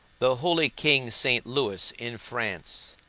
the holy king st. louis, in france,